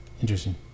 Interesting